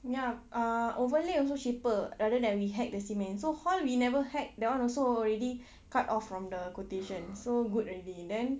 you know uh overlay also cheaper rather than we hack the cement so hall we never hack that [one] also already cut off from the quotation so good already then